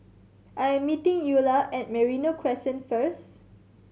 I am meeting Eulah at Merino Crescent first